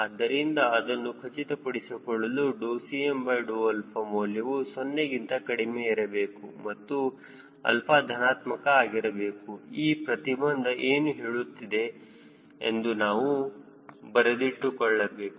ಆದ್ದರಿಂದ ಅದನ್ನು ಖಚಿತಪಡಿಸಿಕೊಳ್ಳಲುCm ಮೌಲ್ಯವು 0 ಗಿಂತ ಕಡಿಮೆ ಇರಬೇಕು ಮತ್ತು 𝛼 ಧನಾತ್ಮಕ ಆಗಿರಬೇಕು ಈ ಪ್ರತಿಬಂಧ ಏನು ಹೇಳುತ್ತಿದೆ ಎಂದು ನಾವು ಬರೆದಿಟ್ಟುಕೊಳ್ಳಬೇಕು